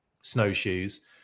snowshoes